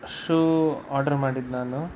shoe order ಮಾಡಿದ್ದು ನಾನು